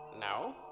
No